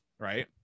right